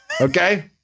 okay